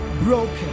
broken